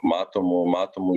matomų matomų